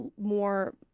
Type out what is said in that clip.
more